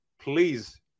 Please